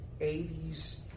80s